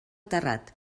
terrat